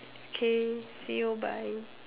K see you bye